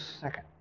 second